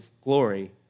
glory